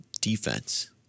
defense